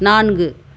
நான்கு